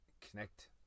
connect